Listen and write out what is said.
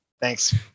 Thanks